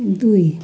दुई